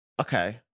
Okay